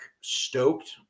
stoked